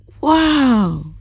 Wow